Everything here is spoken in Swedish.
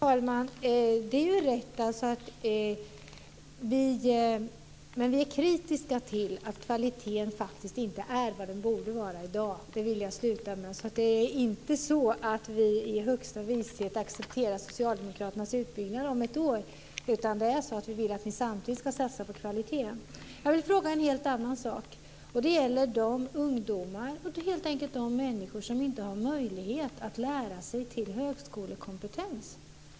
Fru talman! Det rätt att vi är kritiska. Kvaliteten är i dag inte vad den borde vara. Det vill jag sluta med att säga. Det är inte så att vi om ett år accepterar socialdemokraternas utbyggnad som högsta vishet. Vi vill att ni samtidigt ska satsa på kvaliteten. Jag vill fråga om en helt annan sak. Det gäller de ungdomar, eller helt enkelt de människor, som inte har möjlighet att lära sig till högskolekompetens.